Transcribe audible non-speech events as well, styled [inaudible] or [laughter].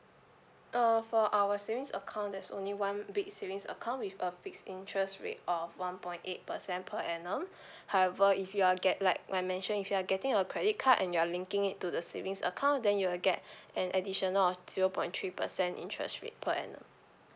uh for our savings account there's only one big savings account with a fixed interest rate of one point eight percent per annum [breath] however if you're get like like I mentioned if you'e getting a credit card and you are linking it to the savings account then you'll get [breath] an additional of zero point three percent interest rate per annum